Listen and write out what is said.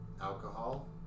Alcohol